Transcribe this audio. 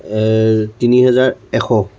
তিনি হেজাৰ এশ